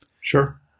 Sure